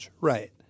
Right